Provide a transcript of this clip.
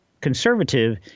Conservative